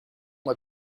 moi